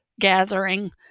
gathering